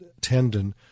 tendon